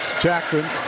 Jackson